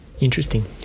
interesting